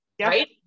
right